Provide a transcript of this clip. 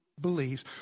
believes